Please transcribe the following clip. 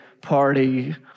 party